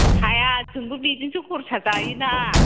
हाया जोंबो बेजोंसो खरसा जायो ना